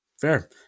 Fair